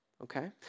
Okay